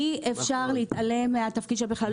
אי-אפשר להתעלם מהתפקיד של המכללות,